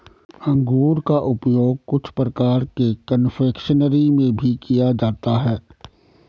अंगूर का उपयोग कुछ प्रकार के कन्फेक्शनरी में भी किया जाता है